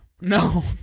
No